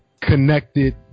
Connected